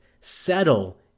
settle